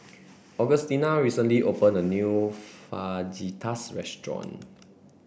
Augustina recently opened a new Fajitas Restaurant